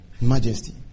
majesty